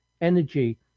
energy